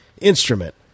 instrument